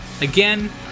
again